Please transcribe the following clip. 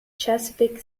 chesapeake